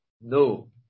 No